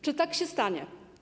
Czy tak się stanie?